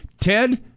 ted